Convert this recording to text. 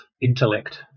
intellect